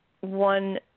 one